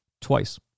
Twice